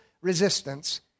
resistance